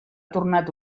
tornat